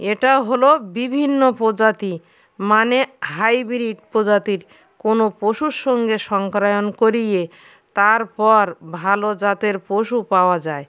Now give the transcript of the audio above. এটা হলো বিভিন্ন প্রজাতি মানে হাইব্রিড প্রজাতির কোনো পশুর সঙ্গে সংক্রায়ণ করিয়ে তারপর ভালো জাতের পশু পাওয়া যায়